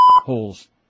holes